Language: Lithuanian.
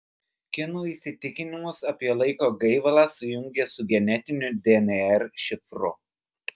kinų įsitikinimus apie laiko gaivalą sujungė su genetiniu dnr šifru